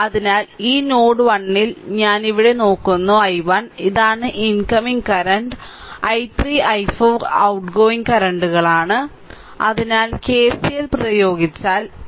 അതിനാൽ ഈ നോഡ് 1 ൽ ഞാൻ ഇവിടെ നോക്കുന്നു i1 ഇതാണ് ഇൻകമിംഗ് കറന്റ് i3 i4 ഔട്ട്ഗോയിംഗ്കറന്റുകളാണ് അതിനാൽ KCL പ്രയോഗിച്ചാൽ i3 i4